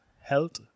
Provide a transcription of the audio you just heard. health